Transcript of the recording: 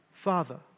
father